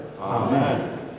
Amen